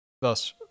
thus